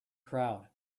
crowd